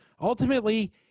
ultimately